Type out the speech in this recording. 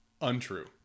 Untrue